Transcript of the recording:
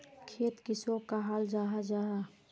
खेत किसोक कहाल जाहा जाहा?